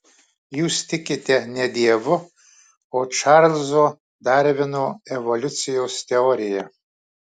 jūs tikite ne dievu o čarlzo darvino evoliucijos teorija